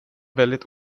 väldigt